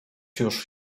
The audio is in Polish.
już